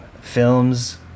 Films